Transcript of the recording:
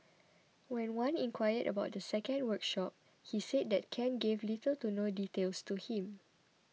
when Wan inquired about the second workshop he said that Ken gave little to no details to him